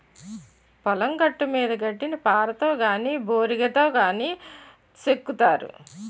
పొలం గట్టుమీద గడ్డిని పారతో గాని బోరిగాతో గాని సెక్కుతారు